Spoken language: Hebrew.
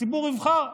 הציבור יבחר.